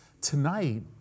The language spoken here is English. Tonight